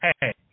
Hey